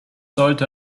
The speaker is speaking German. sollte